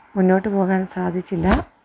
മുന്നോട്ട് പോകാൻ സാധിച്ചില്ല